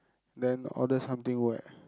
then order something wet